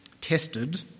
tested